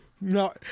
No